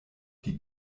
die